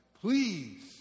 please